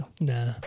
Nah